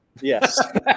Yes